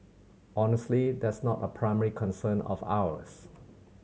honestly that's not a primary concern of ours